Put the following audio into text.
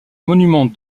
monument